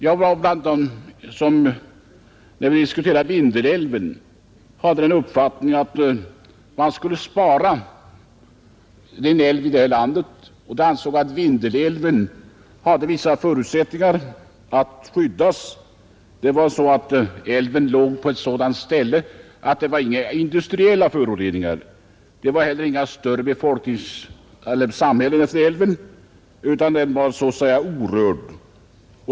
Jag var bland dem som när vi diskuterade Vindelälven hade den uppfattningen att man borde spara en älv i det här landet, och jag ansåg att Vindelälven hade vissa förutsättningar att skyddas. Älven har ett sådant läge att det inte finns några industriella föroreningar. Det finns heller inga större samhällen längs älven, utan den är så att säga orörd.